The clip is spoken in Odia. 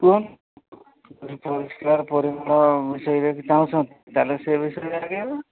କୁହନ୍ତୁ ଯଦି ପରିଷ୍କାର ପରିମଳ ସେଇ ବିଷୟରେ ଚାହୁଁଛନ୍ତି ତାହେଲେ ସେ ବିଷୟରେ ଆଗେଇବା